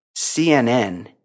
CNN